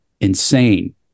insane